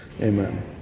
Amen